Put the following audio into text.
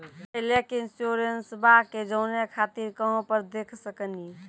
पहले के इंश्योरेंसबा के जाने खातिर कहां पर देख सकनी?